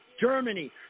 Germany